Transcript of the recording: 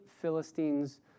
philistines